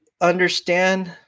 understand